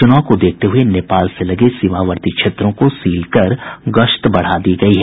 चुनाव को देखते हुए नेपाल से लगे सीमावर्ती क्षेत्रों को सील कर गश्त बढ़ा दी गई है